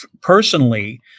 Personally